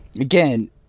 Again